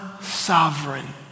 sovereign